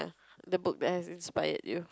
the book that have inspired you